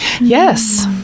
yes